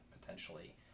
potentially